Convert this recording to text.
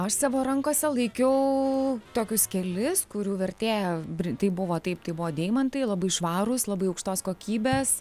aš savo rankose laikiau tokius kelis kurių vertė bri tai buvo taip tai buvo deimantai labai švarūs labai aukštos kokybės